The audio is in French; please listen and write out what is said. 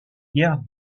guerre